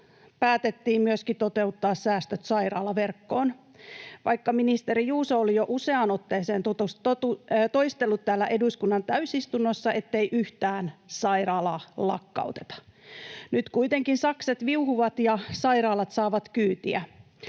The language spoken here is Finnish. päätettiin myöskin toteuttaa säästöt sairaalaverkkoon, vaikka ministeri Juuso oli jo useaan otteeseen toistellut täällä eduskunnan täysistunnossa, ettei yhtään sairaalaa lakkauteta. Nyt kuitenkin sakset viuhuvat ja sairaalat saavat kyytiä.